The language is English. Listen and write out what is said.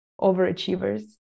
overachievers